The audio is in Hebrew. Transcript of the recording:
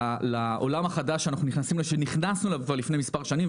לעולם החדש שנכנסנו אליו כבר לפני כמה שנים,